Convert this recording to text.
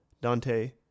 Dante